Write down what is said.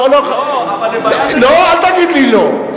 לא, אל תגיד לי לא.